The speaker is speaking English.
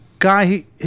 Guy